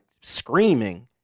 screaming